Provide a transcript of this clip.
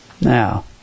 Now